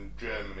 Germany